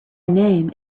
name